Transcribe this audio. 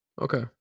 okay